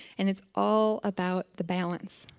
and it's all about the balance.